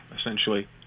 essentially